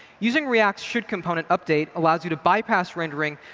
using react's shouldcomponentupdate allows you to bypass rendering,